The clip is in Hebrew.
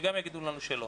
שגם יגידו לנו שלא.